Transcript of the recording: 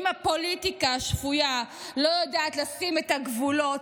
אם הפוליטיקה השפויה לא יודעת לשים את הגבולות,